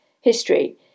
history